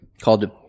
called